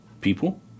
people